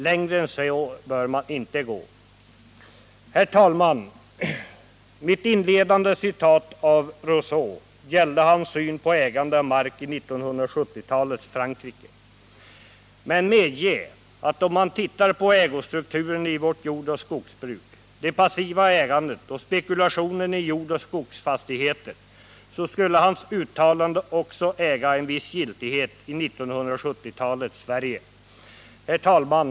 Längre än så bör man inte gå. Herr talman! Mitt inledande citat av Rousseau gällde hans syn på ägande av mark i 1770-talets Frankrike, men medge att om man tittar på ägostrukturen i vårt jordoch skogsbruk — det passiva ägandet och spekulation i jordoch skogsfastigheter — så skulle hans uttalande äga en viss giltighet också i 1970 talets Sverige. Herr talman!